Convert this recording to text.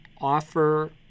offer